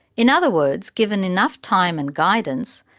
in other words, given enough time and guidance,